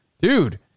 Dude